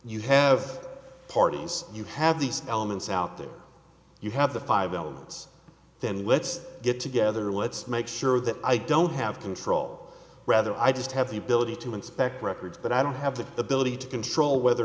you have parties you have these elements out there you have the five elements then let's get together let's make sure that i don't have control rather i just have the ability to inspect records but i don't have the ability to control whether or